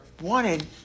wanted